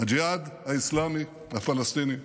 הג'יהאד האסלאמי הפלסטיני.